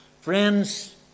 Friends